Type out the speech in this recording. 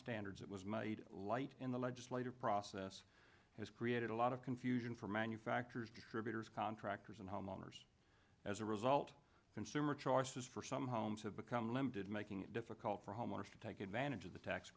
standards that was made light in the legislative process has created a lot of confusion for manufacturers distributers contractors and homeowners as a result consumer choices for some homes have become limited making it difficult for homeowners to take advantage of the tax